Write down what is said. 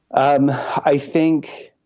um i think